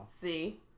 See